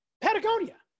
Patagonia